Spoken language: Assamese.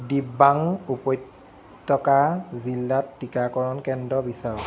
দিবাং উপত্যকা জিলাত টিকাকৰণ কেন্দ্ৰ বিচাৰক